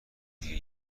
دیگه